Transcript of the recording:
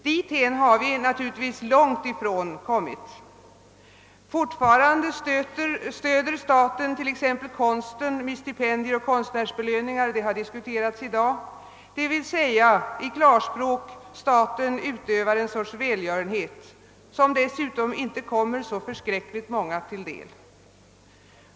Dithän har vi naturligtvis långt ifrån hunnit. Fortfarande stöder staten t.ex. konsten med stipendier och konstnärsbelöningar — de har diskuterats i dag — och det vill i klarspråk säga att den utövar en sorts välgörenhet, som dessutom inte kommer så särdeles många till del.